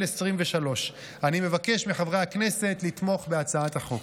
2024. אני מבקש מחברי הכנסת לתמוך בהצעת החוק.